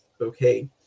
okay